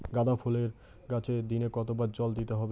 গাদা ফুলের গাছে দিনে কতবার জল দিতে হবে?